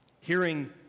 Hearing